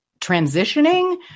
transitioning